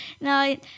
No